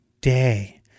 day